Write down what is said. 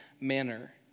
manner